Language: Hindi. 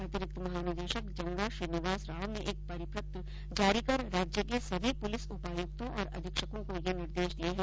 अतिरिक्त महानिदेशक जंगा श्रीनिवास राव ने एक परिपत्र जारी कर राज्य के सभी पुलिस उपायुक्तों और अधीक्षकों को ये निर्देश दिये है